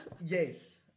Yes